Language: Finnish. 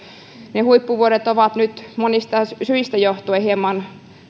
ne huippuvuodet ovat nyt monista syistä johtuen hieman